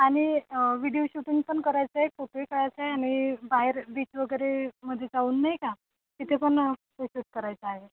आणि video shooting पण करायचं आहे फोटोही कारायचं आहे आणि बाहेर बीच वगैरेमध्ये जाऊन नाही का तिथे पण करायचं आहे